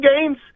games